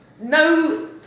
No